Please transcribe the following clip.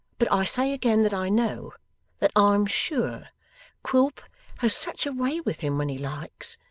but i say again that i know that i'm sure quilp has such a way with him when he likes,